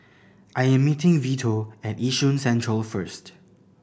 I am meeting Vito at Yishun Central first